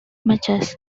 matches